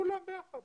כבר יודעים מי מגיע?